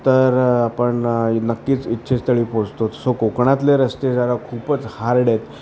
तर आपण नक्कीच इच्छीतस्थळी पोचतो सो कोकणातले रस्ते जरा खूपच हार्ड आहेत